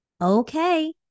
Okay